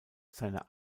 seine